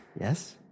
Yes